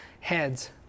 heads